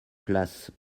place